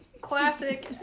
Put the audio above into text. classic